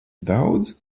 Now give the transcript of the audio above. daudz